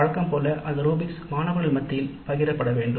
வழக்கம்போல அந்த ரூபிக்ஸ் மாணவர்கள் மத்தியில் பகிரப்படவேண்டும்